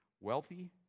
wealthy